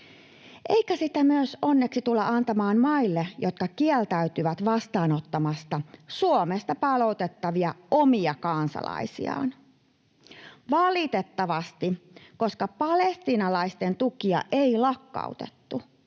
Eikä sitä onneksi tulla antamaan myöskään maille, jotka kieltäytyvät vastaanottamasta Suomesta palautettavia omia kansalaisiaan. Valitettavasti, koska palestiinalaisten tukia ei lakkautettu